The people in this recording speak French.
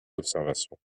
observations